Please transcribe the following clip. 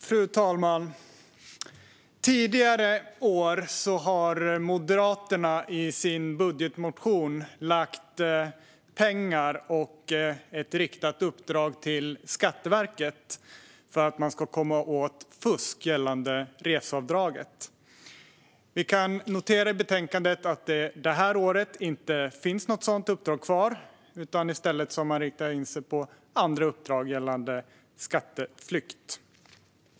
Fru talman! Tidigare år har Moderaterna i sina budgetmotioner lagt pengar och ett riktat uppdrag till Skatteverket för att komma åt fusk gällande reseavdraget. Vi kan notera att det i betänkandet i år inte finns något sådant uppdrag. I stället har man riktat in sig på andra uppdrag gällande skatteflykt.